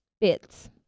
bits